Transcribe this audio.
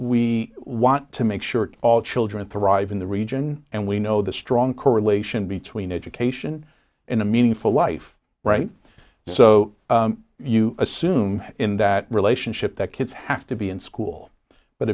we want to make sure all children thrive in the region and we know the strong correlation between education in a meaningful life right so you assume in that relationship that kids have to be in school but